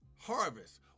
Harvest